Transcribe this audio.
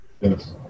yes